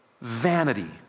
vanity